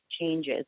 changes